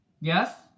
Yes